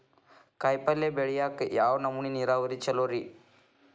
ಕಾಯಿಪಲ್ಯ ಬೆಳಿಯಾಕ ಯಾವ್ ನಮೂನಿ ನೇರಾವರಿ ಛಲೋ ರಿ?